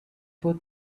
put